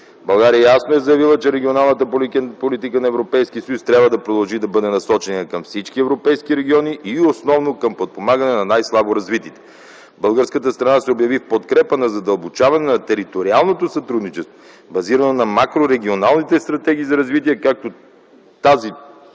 България ясно е заявила, че бъдещата регионална политика на Европейския съюз трябва да продължи да бъде насочена към всички европейски региони и основно - към подпомагане на най-слабо развитите. Българската страна се обяви в подкрепа за задълбочаване на териториалното сътрудничество, базирано на макрорегионалните стратегии за развитие, като тази